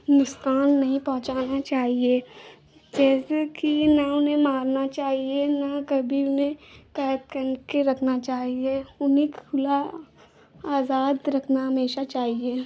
नुक़सान नहीं पहुँचाना चाहिए जैसे कि न उन्हें मारना चाहिए न कभी उन्हें कैद करके रखना चाहिए उन्हें खुला आज़ाद रखना हमेशा चाहिए